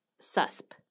susp